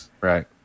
Right